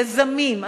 יזמים,